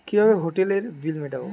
কিভাবে হোটেলের বিল মিটাব?